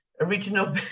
original